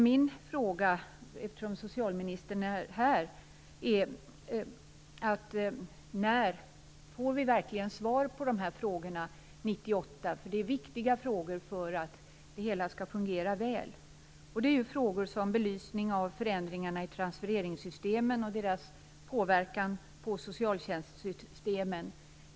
Min fråga, eftersom socialministern är här, är: Får vi verkligen svar på de här frågorna 1998? Det är viktiga frågor för att det hela skall fungera väl. De frågor det gäller är först och främst belysning av förändringarna i transfereringssystemen och deras påverkan på socialtjänstsystemen.